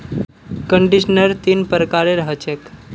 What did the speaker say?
conditioner तीन प्रकारेर ह छेक